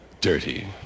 dirty